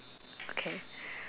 okay